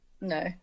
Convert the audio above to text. No